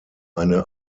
eine